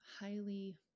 highly